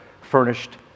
furnished